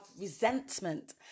resentment